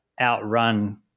outrun